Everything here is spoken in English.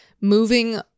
moving